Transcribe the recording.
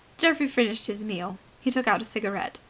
geoffrey finished his meal. he took out a cigarette.